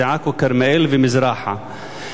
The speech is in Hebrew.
עכו כרמיאל ומזרחה.